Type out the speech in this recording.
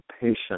patient